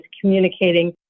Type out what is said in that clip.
communicating